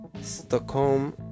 Stockholm